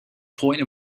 point